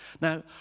Now